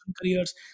careers